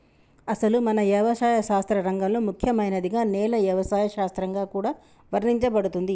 అసలు మన యవసాయ శాస్త్ర రంగంలో ముఖ్యమైనదిగా నేల యవసాయ శాస్త్రంగా కూడా వర్ణించబడుతుంది